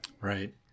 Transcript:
right